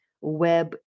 web